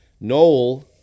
Noel